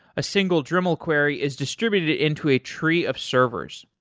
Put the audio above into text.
a single dremel query is distributed into a tree of servers,